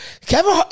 Kevin